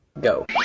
Go